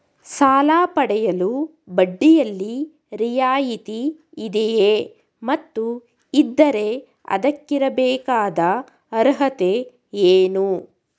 ಸಾಲ ಪಡೆಯಲು ಬಡ್ಡಿಯಲ್ಲಿ ರಿಯಾಯಿತಿ ಇದೆಯೇ ಮತ್ತು ಇದ್ದರೆ ಅದಕ್ಕಿರಬೇಕಾದ ಅರ್ಹತೆ ಏನು?